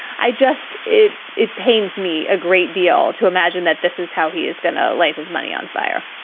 i just it it pains me a great deal to imagine that this is how he is going to let his money on fire